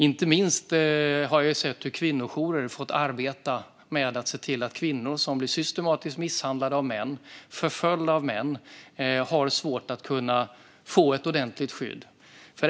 Inte minst har jag sett hur kvinnojourer fått arbeta med kvinnor som blir systematiskt misshandlade och förföljda av män och har svårt att kunna få ett ordentligt skydd.